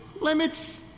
Limits